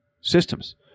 systems